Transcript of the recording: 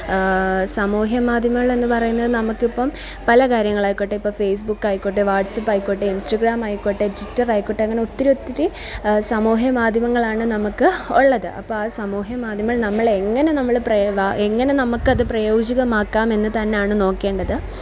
സമൂഹ മാധ്യമങ്ങൾ എന്ന് പറയുന്ന നമുക്ക് ഇപ്പം പല കാര്യങ്ങളായിക്കോട്ടെ ഇപ്പോൾ ഫേസ്ബുക്ക് ആയിക്കോട്ടെ വാട്സപ്പ് ആയിക്കോട്ടെ ഇൻസ്റ്റാഗ്രാം ആയിക്കോട്ടെ ട്വിറ്റർ ആയിക്കോട്ടെ അങ്ങനെ ഒത്തിരി ഒത്തിരി സമൂഹ മാധ്യമങ്ങളാണ് നമ്മൾക്ക് ഉള്ളത് അപ്പോൾ ആ സമൂഹ മാധ്യമങ്ങൾ നമ്മൾ എങ്ങനെ നമ്മൾ എങ്ങനെ നമ്മൾക്ക് അത് പ്രയോജിതമാക്കാം എന്ന് തന്നെയാണ് നോക്കേണ്ടത്